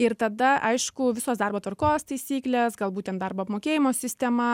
ir tada aišku visos darbo tvarkos taisyklės galbūt ten darbo apmokėjimo sistema